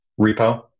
repo